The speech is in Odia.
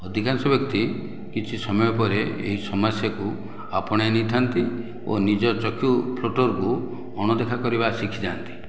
ଅଧିକାଂଶ ବ୍ୟକ୍ତି କିଛି ସମୟ ପରେ ଏହି ସମସ୍ୟାକୁ ଆପଣାଇ ନେଇଥାନ୍ତି ଓ ନିଜ ଚକ୍ଷୁ ଫ୍ଲୋଟର୍ କୁ ଅଣଦେଖା କରିବା ଶିଖିଯାଆନ୍ତି